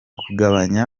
kugabanya